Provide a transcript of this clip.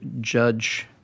judge